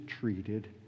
treated